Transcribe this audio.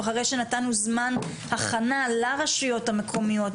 אחרי שנתנו זמן הכנה לרשויות המקומיות,